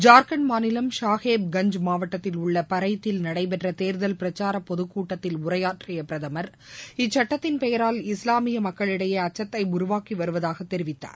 ஜார்கண்ட் மாநிலம் சாஹேப்கஞ்ச் மாவட்டத்தில் உள்ள பரேய்த்தில் நடைபெற்ற தேர்தல் பிரச்சார பொதுக் கூட்டத்தில் உரையாற்றிய பிரதமர் இச்சுட்டத்தின் பெயரால் இஸ்லாமிய மக்களிடையே அச்சத்தை உருவாக்கி வருவதாக தெரிவித்தார்